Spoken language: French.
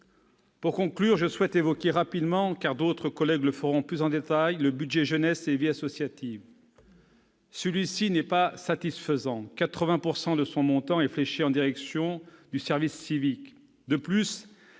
Pour conclure, je souhaite évoquer rapidement, car d'autres collègues le feront plus en détail, le budget « Jeunesse et vie associative ». Celui-ci n'est pas satisfaisant : 80 % de son montant est fléché en direction du service civique. Par